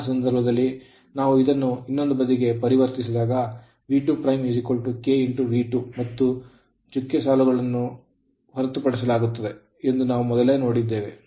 ಅಂತಹ ಸಂದರ್ಭದಲ್ಲಿ ನಾವು ಇದನ್ನು ಇನ್ನೊಂದು ಬದಿಗೆ ಪರಿವರ್ತಿಸಿದಾಗ ಅದು V2 KV2 ಮತ್ತು ಚುಕ್ಕೆ ಸಾಲುಗಳು ಹೊರೆಯನ್ನು ತೋರಿಸುತ್ತವೆ ಎಂದು ನಾವು ಮೊದಲೇ ನೋಡಿದ್ದೇವೆ